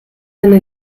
deine